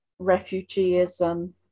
refugeeism